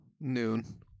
noon